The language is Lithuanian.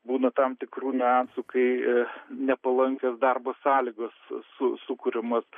būna tam tikrų niuansų kai nepalankios darbo sąlygos su su sukuriamos